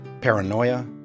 paranoia